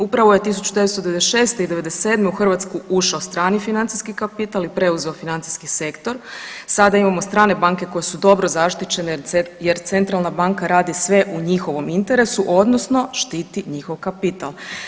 Upravo je 1996. i '97. u Hrvatsku ušao strani financijski kapital i preuzeo financijski sektor, sada imamo strane banke koje su dobro zaštićene jer centralna banka radi sve u njihovom interesu odnosno štiti njihov kapital.